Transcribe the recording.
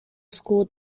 school